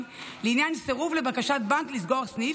לעניין סירוב לבקשת בנק לסגור סניף,